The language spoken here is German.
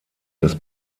des